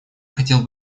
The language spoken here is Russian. хотел